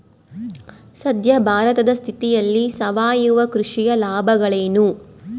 ಸದ್ಯ ಭಾರತದ ಸ್ಥಿತಿಯಲ್ಲಿ ಸಾವಯವ ಕೃಷಿಯ ಲಾಭಗಳೇನು?